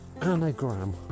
anagram